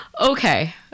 Okay